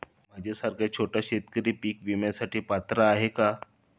माझ्यासारखा छोटा शेतकरी पीक विम्यासाठी पात्र आहे का?